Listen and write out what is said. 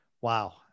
wow